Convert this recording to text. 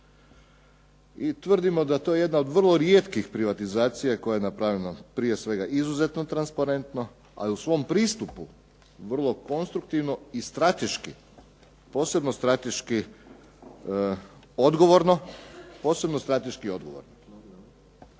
I tvrdimo da je to jedna od vrlo rijetkih privatizacija koja je napravljena prije svega izuzetno transparentno ali u svom pristupu vrlo konstruktivno i strateški, posebno strateški odgovorno.